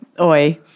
oi